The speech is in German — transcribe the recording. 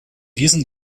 diesen